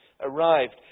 arrived